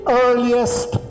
earliest